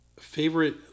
favorite